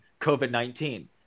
COVID-19